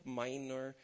minor